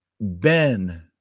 Ben